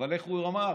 אבל איך הוא אמר?